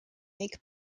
make